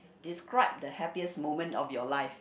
describe the happiest moment of your life